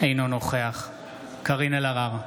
אינו נוכח קארין אלהרר,